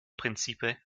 príncipe